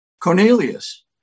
Cornelius